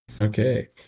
Okay